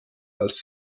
als